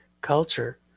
culture